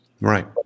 Right